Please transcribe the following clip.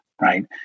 right